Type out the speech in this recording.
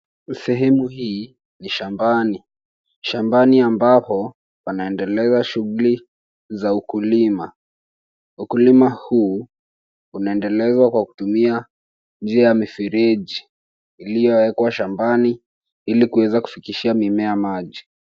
Sehemu hii ni shambani, shambani ambako wanaendeleza shughuli za ukulima. Ukulima huu unaendelezwa kwa kutumia njia ya mifereji iliyowekwa shambani ili kuweza kufikishia mimea maji.